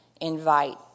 invite